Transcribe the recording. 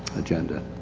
agenda.